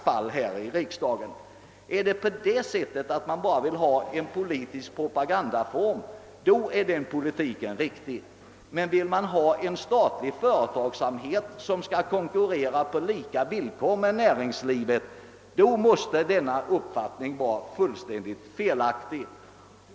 Vill man ha en plattform för politisk propaganda är det resonemanget riktigt, men vill man ha en statlig företagsamhet som skall konkurrera på lika villkor med näringslivet i övrigt är resonemanget helt felaktigt.